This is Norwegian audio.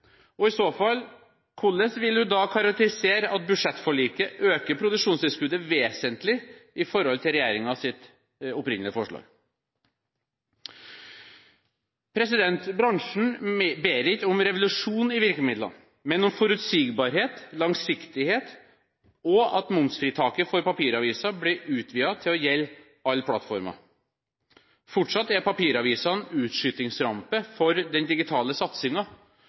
det. I så fall: Hvordan vil hun da karakterisere at budsjettforliket øker produksjonstilskuddet vesentlig i forhold til regjeringens opprinnelige forslag? Bransjen ber ikke om revolusjon i virkemidlene, men om forutsigbarhet og langsiktighet og at momsfritaket for papiraviser blir utvidet til å gjelde alle plattformer. Fortsatt er papiravisene utskytingsrampe for den digitale